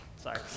Sorry